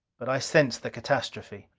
but i sensed the catastrophe.